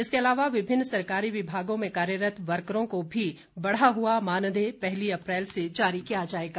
इसके अलावा विभिन्न सरकारी विभागों में कार्यरत वर्करों को भी बढ़ा हुआ मानदेय पहली अप्रैल से जारी किया जाएगा